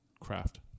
craft